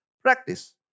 practice